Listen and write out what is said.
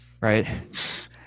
Right